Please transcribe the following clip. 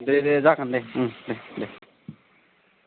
दे दे जगोन दे ओम दे